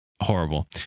horrible